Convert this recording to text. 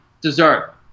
dessert